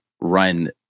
run